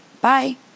Bye